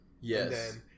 Yes